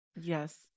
Yes